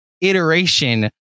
iteration